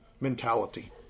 mentality